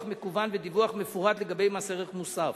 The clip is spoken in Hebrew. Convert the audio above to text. מקוון ודיווח מפורט לגבי מס ערך מוסף.